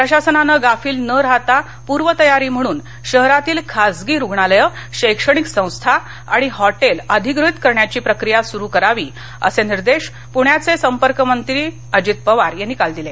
प्रशासनानं गाफील न राहता पूर्वतयारी म्हणून शहरातील खाजगी रुग्णालयं शैक्षणिक संस्था आणि हॉटेल अधिग्रहित करण्याची प्रक्रिया सुरु करावी असे निर्देश पृण्याचे संपर्कमंत्री अजित पवार यांनी काल दिले